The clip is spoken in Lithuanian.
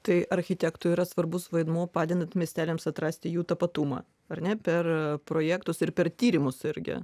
tai architektų yra svarbus vaidmuo padedant miesteliams atrasti jų tapatumą ar ne per projektus ir per tyrimus irgi